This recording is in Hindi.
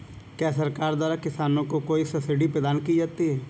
क्या सरकार द्वारा किसानों को कोई सब्सिडी प्रदान की जाती है?